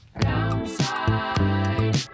Downside